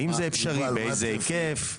האם זה אפשרי ובאיזה היקף?